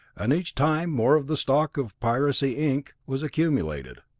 and each time more of the stock of piracy, inc. was accumulated.